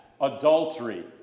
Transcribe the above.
adultery